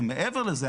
ומעבר לזה,